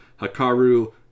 Hakaru